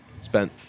spent